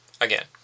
again